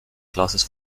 classes